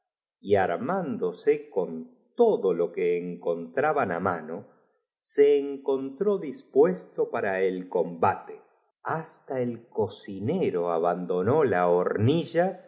l ndose con todo lo que encontraban á mano se encontró clispucsto para el combato hasta el cocinero abandonó la hornilla